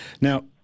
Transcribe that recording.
Now